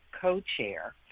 co-chair